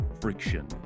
Friction